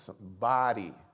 body